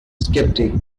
sceptic